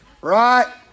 Right